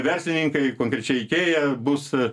verslininkai konkrečiai ikėja bus